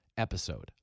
Episode